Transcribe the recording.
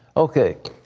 okay,